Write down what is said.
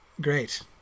Great